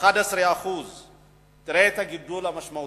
11%. תראה את הגידול המשמעותי.